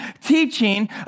teaching